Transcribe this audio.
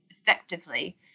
effectively